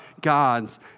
God's